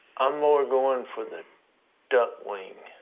i'm more going for the duck wing.